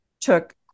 took